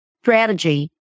strategy